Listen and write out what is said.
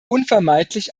unvermeidlich